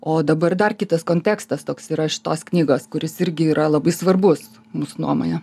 o dabar dar kitas kontekstas toks yra šitos knygos kuris irgi yra labai svarbus mūsų nuomone